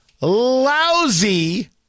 Lousy